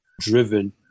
driven